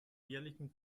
jährlichen